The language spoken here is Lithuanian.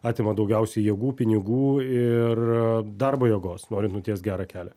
atima daugiausiai jėgų pinigų ir darbo jėgos norint nutiest gerą kelią